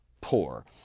poor